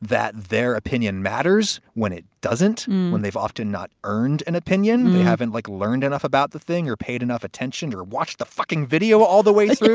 that their opinion matters when it doesn't when they've often not earned an opinion. they haven't like learned enough about the thing or paid enough attention or watched the fucking video all the way through.